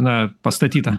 na pastatytą